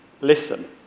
listen